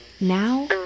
Now